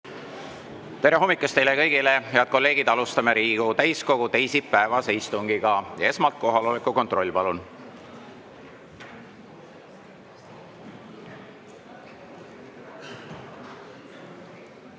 Tere hommikust teile kõigile, head kolleegid! Alustame Riigikogu täiskogu teisipäevast istungit. Esmalt kohaloleku kontroll, palun!